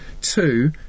Two